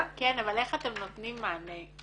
-- כן אבל איך אתם נותנים מענה?